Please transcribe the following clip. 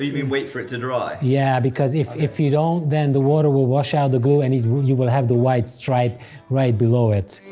we wait for it to dry! yeah, because if if you don't, then the water will wash out the glue and you will you will have the white stripe right below it.